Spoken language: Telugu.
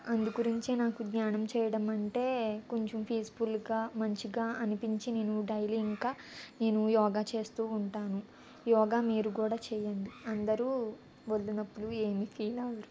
అందు గురించి నాకు ధ్యానం చేయడం అంటే కొంచెం పీస్ఫుల్గా మంచిగా అనిపించి నేను డైలీ ఇంకా నేను యోగ చేస్తు ఉంటాను యోగా మీరు కూడా చేయండి అందరు ఒళ్ళు నొప్పులు ఏమీ ఫీల్ అవ్వరు